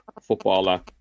footballer